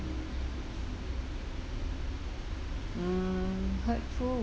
mm hurtful